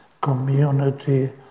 community